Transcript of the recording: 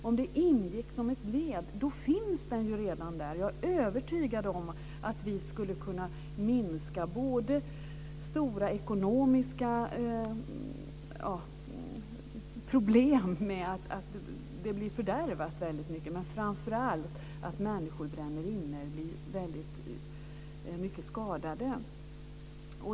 Om det ingick som ett led, då finns den redan där. Jag är övertygad om att vi skulle kunna minska de stora ekonomiska problemen med att mycket blir fördärvat. Framför allt skulle vi kunna förhindra att människor brinner inne eller blir svårt skadade.